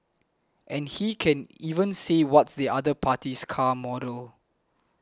and he can even say what's the other party's car model